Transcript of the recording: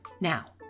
Now